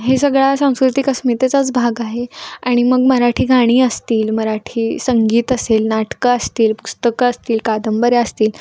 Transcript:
हे सगळा सांस्कृतिक अस्मितेचाच भाग आहे आणि मग मराठी गाणी असतील मराठी संगीत असेल नाटकं असतील पुस्तकं असतील कादंबऱ्या असतील